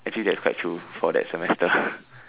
actually that's quite true for that semester